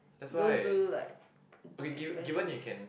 those do like specialist